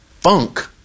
funk